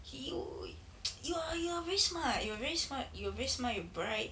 he you're you're very smart you're very smart you're very smart you're bright